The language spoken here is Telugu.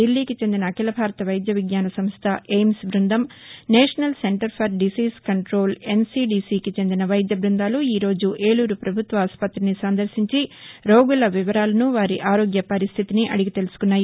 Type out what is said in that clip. దిల్లీకి చెందిన అఖిల భారత వైద్య విజ్ఞాన సంస్ల ఎయిమ్స్ బ్బందం national centre for disease control ఎన్సీడీసీకి చెందిన వైద్య బృందాలు ఈరోజు ఏలూరు ప్రభుత్వ ఆసుపత్రిని సందర్భించి రోగుల వివరాలను వారి ఆరోగ్య పరిస్టితిని అడిగి తెలుసుకున్నాయి